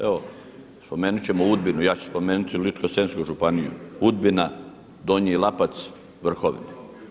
Evo spomenut ćemo Udbinu ja ću spomenuti Ličko-senjsku županiju, Udbina, Donji Lapac, Vrhovine.